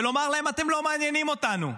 ולומר להן: אתן לא מעניינות אותנו.